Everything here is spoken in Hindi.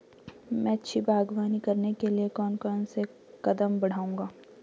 मैं अच्छी बागवानी करने के लिए कौन कौन से कदम बढ़ाऊंगा?